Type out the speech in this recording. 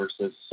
versus